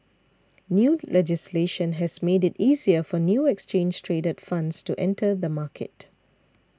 new legislation has made it easier for new exchange traded funds to enter the market